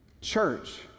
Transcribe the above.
church